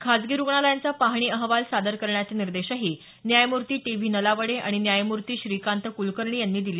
खासगी रुग्णालयांचा पाहणी अहवाल सादर करण्याचे निर्देशही न्यायमूर्ती टी व्ही नलावडे आणि न्यायमूर्ती श्रीकांत कुलकर्णी यांनी दिले